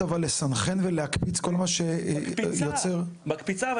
לסנכרן ולהקפיץ כל מה שיוצר --- מקפיצה.